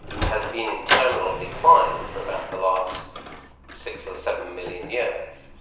has been in terminal decline for about the last six or seven million years.